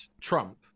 Trump